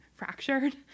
fractured